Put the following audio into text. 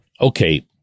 okay